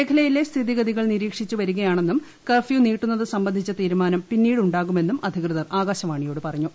മേഖലയിലെ സ്ഥിതിഗതികൾ നിരീക്ഷിച്ചുവരികയാണെന്നും കർഫ്യൂ നീട്ടുന്നത് സംബന്ധിച്ച തീരുമാനം പിന്നീട് ഉണ്ടാകുമെന്നും അധികൃതർ ആകാശവാണിയോട് പറഞ്ഞു